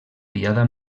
diada